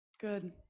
Good